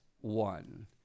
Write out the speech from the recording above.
one